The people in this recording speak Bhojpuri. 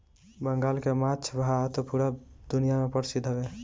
बंगाल के माछ भात पूरा दुनिया में परसिद्ध हवे